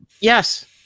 Yes